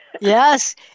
Yes